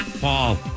Paul